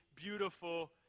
beautiful